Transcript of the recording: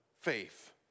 faith